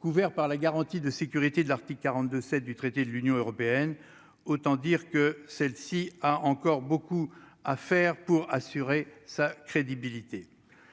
couverts par la garantie de sécurité de l'Arctique 42 7 du traité de l'Union européenne, autant dire que celle-ci a encore beaucoup à faire pour assurer sa crédibilité